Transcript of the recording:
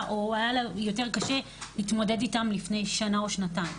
או שהיה לה יותר קשה להתמודד איתם לפני שנה או שנתיים.